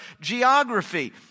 geography